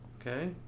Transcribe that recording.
Okay